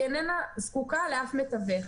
היא איננה זקוקה לאף מתווך.